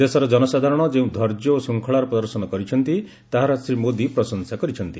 ଦେଶର ଜନସାଧାରଣ ଯେଉଁ ଧୈର୍ଯ୍ୟ ଓ ଶୃଙ୍ଖଳାର ପ୍ରଦର୍ଶନ କରିଛନ୍ତି ତାହାର ଶ୍ରୀ ମୋଦି ପ୍ରଶଂସା କରିଛନ୍ତି